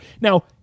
Now